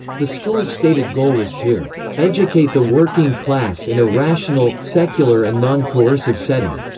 the schools' stated goal was to educate the working class in a rational, secular and non-coercive setting.